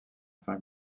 enfin